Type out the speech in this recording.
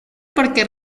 porque